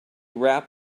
rap